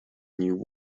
new